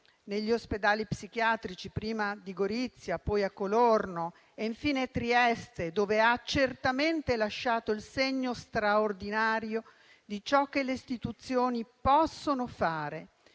degli ospedali psichiatrici, prima a Gorizia, poi a Colorno e infine a Trieste, dove ha certamente lasciato il segno straordinario di ciò che le istituzioni possono fare